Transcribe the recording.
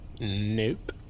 Nope